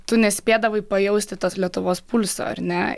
tu nespėdavai pajausti tos lietuvos pulso ar ne